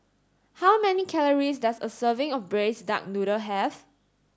how many calories does a serving of braised duck noodle have